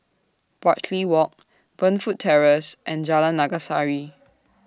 Bartley Walk Burnfoot Terrace and Jalan Naga Sari